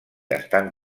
estan